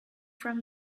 from